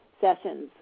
sessions